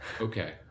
okay